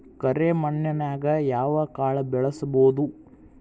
ಕರೆ ಮಣ್ಣನ್ಯಾಗ್ ಯಾವ ಕಾಳ ಬೆಳ್ಸಬೋದು?